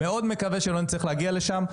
מאוד מקווה שלא נצטרך להגיע לשם,